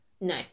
No